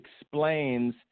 explains